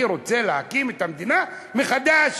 אני רוצה להקים את המדינה מחדש,